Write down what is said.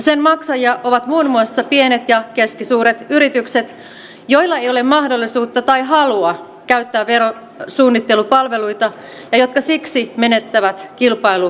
sen maksajia ovat muun muassa pienet ja keskisuuret yritykset joilla ei ole mahdollisuutta tai halua käyttää verosuunnittelupalveluita ja jotka siksi menettävät kilpailuasemiaan